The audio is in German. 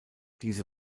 diese